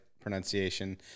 pronunciation